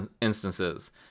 instances